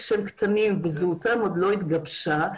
וזהותם עוד לא התגבשה,